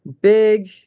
big